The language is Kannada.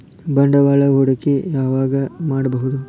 ಬಂಡವಾಳ ಹೂಡಕಿ ಯಾವಾಗ್ ಮಾಡ್ಬಹುದು?